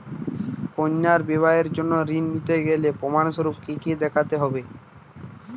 কন্যার বিবাহের জন্য ঋণ নিতে গেলে প্রমাণ স্বরূপ কী কী দেখাতে হবে?